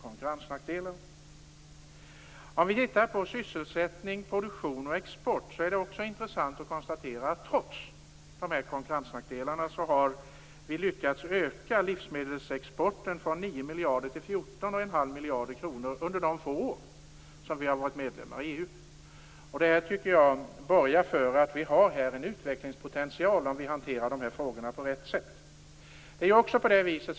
Om vi tittar på sysselsättning, produktion och export är det intressant att konstatera att Sverige, trots dessa konkurrensnackdelar, lyckats öka livsmedelsexporten från 9 miljarder till 14 1⁄2 miljarder kronor under de få år Sverige har varit medlem i EU. Jag tycker att det borgar för att vi har en utvecklingspotential här, om vi hanterar dessa frågor på rätt sätt.